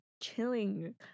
chilling